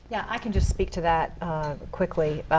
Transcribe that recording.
yeah i can just speak to that quickly.